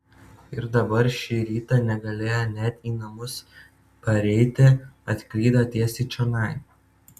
ir dabar šį rytą negalėjo net į namus pareiti atklydo tiesiai čionai